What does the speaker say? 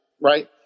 Right